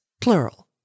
plural